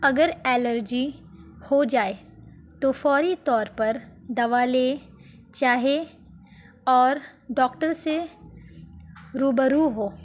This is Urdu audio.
اگر الرجی ہو جائے تو فوری طور پر دوا لیں چاہے اور ڈاکٹر سے روبرو ہو